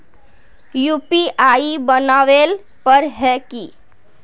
UPI बनावेल पर है की?